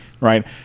right